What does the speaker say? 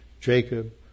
Jacob